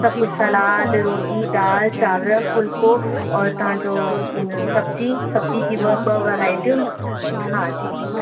सभु कुझु सलाद रोटी दालि चांवर फुलिको औरि तव्हांजो सब्जी सब्जी जी ॿ ॿ वैरायटियूं हा जी जी